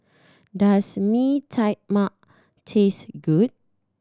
does Mee Tai Mak taste good